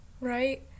Right